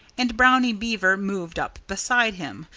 and brownie beaver moved up beside him,